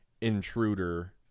intruder